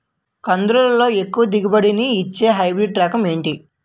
కందుల లో ఎక్కువ దిగుబడి ని ఇచ్చే హైబ్రిడ్ రకం ఏంటి?